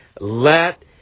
let